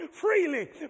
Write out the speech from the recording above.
freely